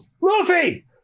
Luffy